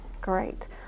Great